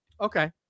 Okay